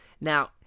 Now